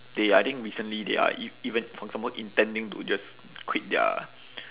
they I think recently they are ev~ even for example intending to just quit their